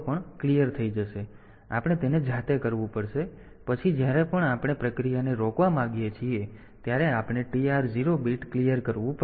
આપણે તેને જાતે કરવું પડશે અને પછી જ્યારે પણ આપણે પ્રક્રિયાને રોકવા માંગીએ છીએ ત્યારે આપણે TR 0 બીટ સાફ કરવું પડશે